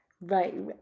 Right